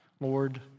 Lord